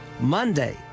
Monday